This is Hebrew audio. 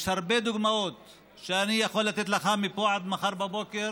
יש הרבה דוגמאות שאני יכול לתת לך מפה עד מחר בבוקר.